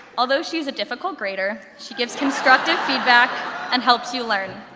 although she's a difficult grader, she gives constructive feedback and helps you learn.